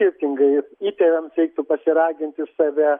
skirtingai įtėviams reiktų pasiraginti save